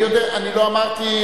אני לא אמרתי,